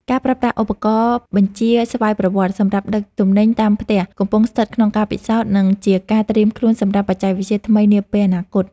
ការប្រើប្រាស់ឧបករណ៍បញ្ជាស្វ័យប្រវត្តិសម្រាប់ដឹកទំនិញតាមផ្ទះកំពុងស្ថិតក្នុងការពិសោធន៍ និង ជាការត្រៀមខ្លួនសម្រាប់បច្ចេកវិទ្យាថ្មីនាពេលអនាគត។